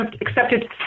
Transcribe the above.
accepted